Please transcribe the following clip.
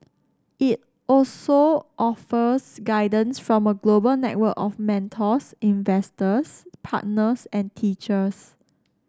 it also offers guidance from a global network of mentors investors partners and teachers